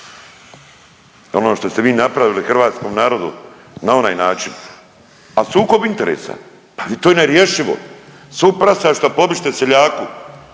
Ono što ste vi napravili hrvatskom narodu na onaj način, ali sukob interesa. Pa to je je nerješivo! …/Govornik se